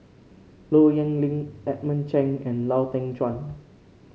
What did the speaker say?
Low Yen Ling Edmund Cheng and Lau Teng Chuan